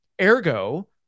Ergo